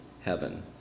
heaven